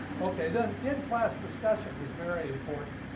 okay then, in-class discussion is very important,